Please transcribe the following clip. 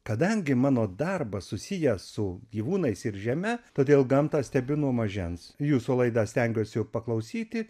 kadangi mano darbas susijęs su gyvūnais ir žeme todėl gamtą stebiu nuo mažens jūsų laidą stengiuosi paklausyti